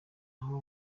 aho